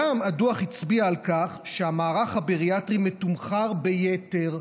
הדוח גם הצביע על כך שהמערך הבריאטרי מתומחר ביתר.